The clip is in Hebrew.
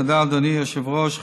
תודה, אדוני היושב-ראש.